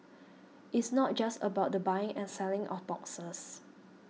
it's not just about the buying and selling of boxes